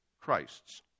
Christ's